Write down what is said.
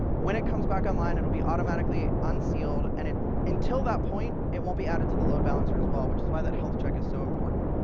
when it comes back online, it will be automatically unsealed. and until that point, it won't be added to the load balancer as well, which is why that health check is so important.